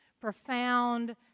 Profound